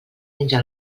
menja